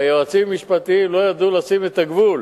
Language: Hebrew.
והיועצים המשפטיים לא ידעו לשים את הגבול